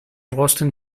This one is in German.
rosten